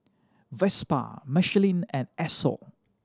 Vespa Michelin and Esso